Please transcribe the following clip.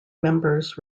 members